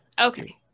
Okay